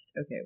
okay